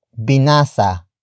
binasa